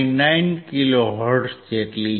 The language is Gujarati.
59 કિલો હર્ટ્ઝ જેટલી છે